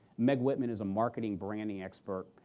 meg whitman is a marketing, branding expert.